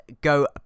go